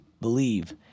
believe